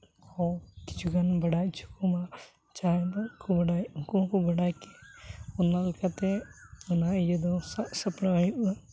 ᱦᱚᱸ ᱠᱤᱪᱷᱩᱜᱟᱱ ᱵᱟᱲᱟᱭ ᱦᱚᱪᱚ ᱠᱚᱢᱟ ᱡᱟᱦᱟᱸᱭ ᱵᱟᱠᱚ ᱵᱟᱰᱟᱭ ᱩᱱᱠᱩ ᱦᱚᱸᱠᱚ ᱵᱟᱰᱟᱭ ᱠᱮᱭᱟ ᱚᱱᱟᱞᱮᱠᱟᱛᱮ ᱚᱱᱟ ᱤᱭᱟᱹ ᱫᱚ ᱥᱟᱵᱼᱥᱟᱯᱲᱟᱣ ᱦᱩᱭᱩᱜᱼᱟ